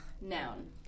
Noun